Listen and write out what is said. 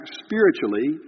spiritually